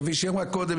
כפי שהיא אמרה קודם,